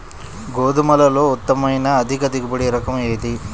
గోధుమలలో ఉత్తమమైన అధిక దిగుబడి రకం ఏది?